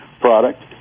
product